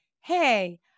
hey